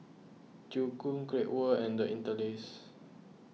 Joo Koon Great World and the Interlace